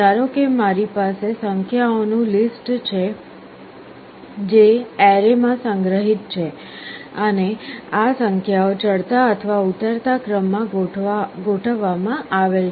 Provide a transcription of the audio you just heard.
ધારો કે મારી પાસે સંખ્યાઓનું લિસ્ટ છે જે એરે માં સંગ્રહિત છે અને આ સંખ્યાઓ ચડતા અથવા ઉતરતા ક્રમમાં ગોઠવવામાં આવેલ છે